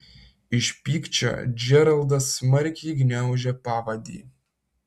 iš pykčio džeraldas smarkiai gniaužė pavadį